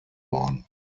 worden